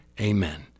Amen